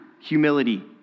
humility